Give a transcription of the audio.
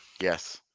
yes